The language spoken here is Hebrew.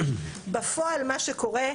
בפועל מה שקורה,